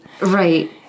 Right